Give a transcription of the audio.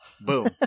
Boom